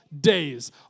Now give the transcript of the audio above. days